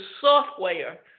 software